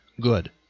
good